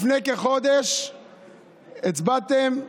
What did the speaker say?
לפני כחודש הצבעתם,